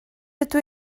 rydw